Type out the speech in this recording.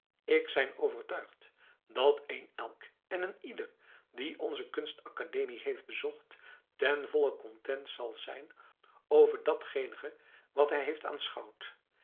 ik zijn overtuigd dat een elk en een iedereen die onzen kunstacademie heeft bezocht ten volle content zal zijn over datgenige wat hij heeft